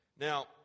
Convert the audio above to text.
Now